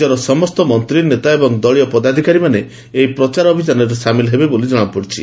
ରାଜ୍ୟର ସମସ୍ତ ମନ୍ତ୍ରୀ ନେତା ଏବଂ ଦଳୀୟ ପଦାଧୂକାରୀମାନେ ଏହି ପ୍ରଚାର ଅଭିଯାନରେ ସାମିଲ ହେବେ ବୋଲି ଜଣାପଡ଼ିଛି